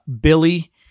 Billy